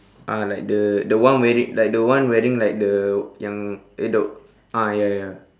ah like the the one wearing like the one wearing like the yang eh the ah ya ya